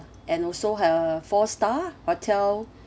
and also a four star hotel